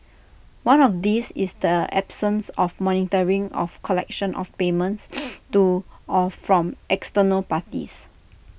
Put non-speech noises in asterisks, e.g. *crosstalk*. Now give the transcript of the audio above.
one of these is the absence of monitoring of collection of payments *noise* to or from external parties